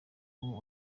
ubu